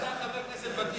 אתה חבר כנסת ותיק.